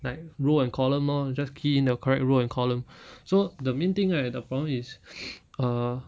like row and column lor just key in the correct row and column so the main thing right the problem is err